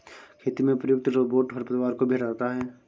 खेती में प्रयुक्त रोबोट खरपतवार को भी हँटाता है